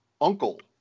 uncle